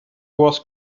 was